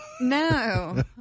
No